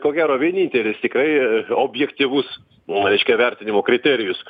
ko gero vienintelis tikrai objektyvus reiškia vertinimo kriterijus